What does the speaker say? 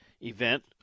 event